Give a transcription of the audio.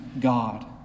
God